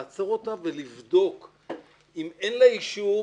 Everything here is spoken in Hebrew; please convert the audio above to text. לעצור אותה ולבדוק אם אין לה אישור,